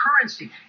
currency